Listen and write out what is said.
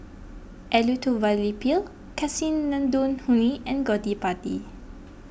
Elattuvalapil Kasinadhuni and Gottipati